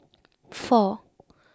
four